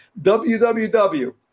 www